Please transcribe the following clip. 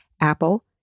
Apple